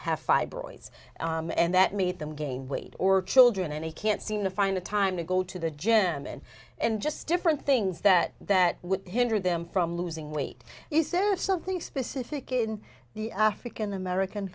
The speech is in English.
have fibroids and that made them gain weight or children and they can't seem to find the time to go to the gym and and just different things that that would hinder them from losing weight he said of something specific in the african american